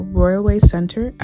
royalwaycenter